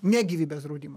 ne gyvybės draudimo